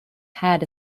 had